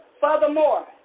Furthermore